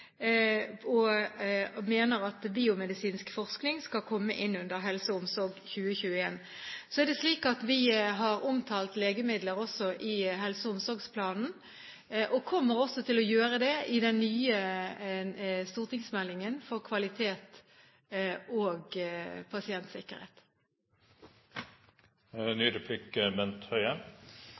strategien, mener jeg at jeg redegjorde for det også innlegget mitt. Jeg mener at biomedisinsk forskning skal komme inn under HelseOmsorg 2021. Vi har omtalt legemidler også i helse- og omsorgsplanen og kommer også til å gjøre det i den nye stortingsmeldingen om kvalitet og pasientsikkerhet.